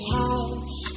house